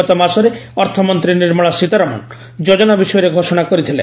ଗତ ମାସରେ ଅର୍ଥମନ୍ତ୍ରୀ ନିର୍ମଳା ସୀତାରମଣ ଯୋଜନା ବିଷୟରେ ଘୋଷଣା କରିଥିଲେ